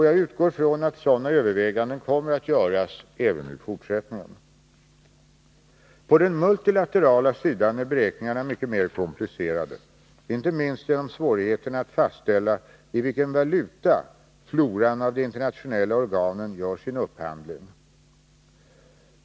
Jag utgår ifrån att sådana överväganden kommer att göras även i fortsättningen. På den multilaterala sidan är beräkningarna mycket mer komplicerade, inte minst genom svårigheterna att fastställa i vilken valuta floran av de internationella organen gör sin upphandling.